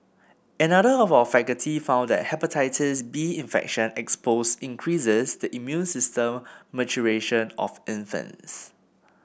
another of our faculty found that Hepatitis B infection exposure increases the immune system maturation of infants